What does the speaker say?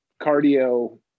cardio